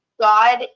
God